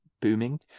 booming